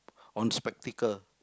on spectacle